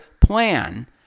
plan